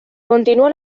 continúa